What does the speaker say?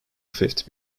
fifth